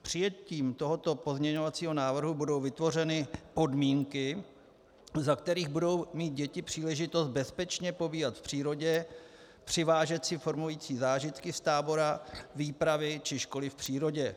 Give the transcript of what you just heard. Přijetím tohoto pozměňovacího návrhu budou vytvořeny podmínky, za kterých budou mít děti příležitost bezpečně pobývat v přírodě, přivážet si formující zážitky z tábora, výpravy či školy v přírodě.